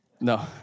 no